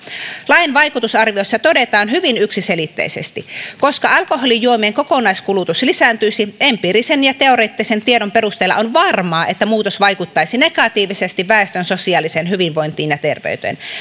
lain vaikutusarvioissa todetaan hyvin yksiselitteisesti koska alkoholijuomien kokonaiskulutus lisääntyisi empiirisen ja teoreettisen tiedon perusteella on varmaa että muutos vaikuttaisi negatiivisesti väestön sosiaaliseen hyvinvointiin ja terveyteen